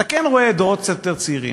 אתה כן רואה דורות קצת יותר צעירים,